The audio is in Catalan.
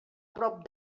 prop